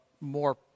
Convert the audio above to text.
more